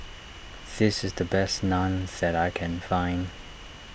this is the best Naan that I can find